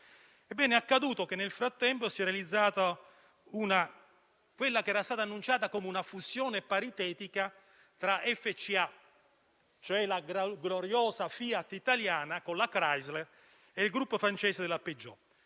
Ebbene, è accaduto che nel frattempo si è realizzata quella che era stata annunciata come una fusione paritetica tra FCA, cioè la gloriosa FIAT italiana con la Chrysler, e il gruppo francese della Peugeot.